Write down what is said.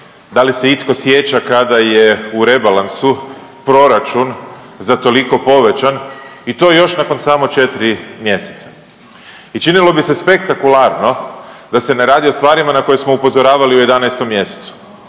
da li se itko sjeća kada je u rebalansu proračun za toliko povećan i to još nakon samo 4 mjeseca. I činilo bi se spektakularno da se ne radi o stvarima na koje smo upozoravali u 11. mjesecu.